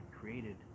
created